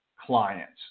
clients